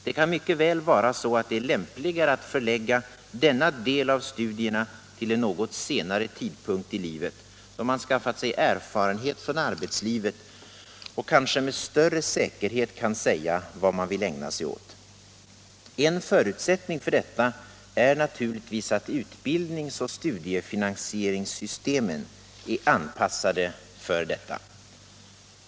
Det kan mycket väl vara så att det är lämpligare att förlägga denna del av studierna till en något senare tidpunkt i livet, då man skaffat sig erfarenhet från arbetslivet och kanske med större säkerhet kan säga vad man vill ägna sig åt. En förutsättning för detta är naturligtvis att utbildnings och studiefinansieringssystemen är anpassade för detta.